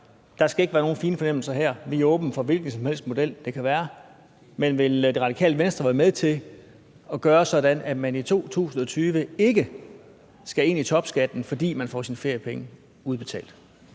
der ikke skal være nogen fine fornemmelser her. Vi er åbne for en hvilken som helst model, det kunne være, men vil Det Radikale Venstre være med til at gøre sådan, at man i 2020 ikke skal ind i topskatten, fordi man får sine feriepenge udbetalt?